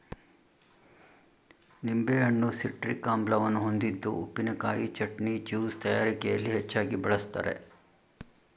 ನಿಂಬೆಹಣ್ಣು ಸಿಟ್ರಿಕ್ ಆಮ್ಲವನ್ನು ಹೊಂದಿದ್ದು ಉಪ್ಪಿನಕಾಯಿ, ಚಟ್ನಿ, ಜ್ಯೂಸ್ ತಯಾರಿಕೆಯಲ್ಲಿ ಹೆಚ್ಚಾಗಿ ಬಳ್ಸತ್ತರೆ